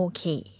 Okay